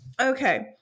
Okay